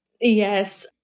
Yes